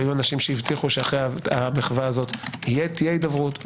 היו אנשים שהבטיחו שאחרי המחווה הזו תהיה הידברות.